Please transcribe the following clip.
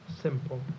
simple